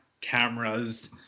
cameras